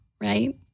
right